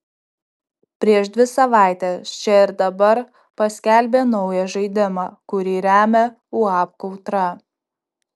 prieš dvi savaites čia ir dabar paskelbė naują žaidimą kurį remia uab kautra